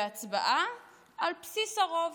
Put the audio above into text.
בהצבעה על בסיס הרוב.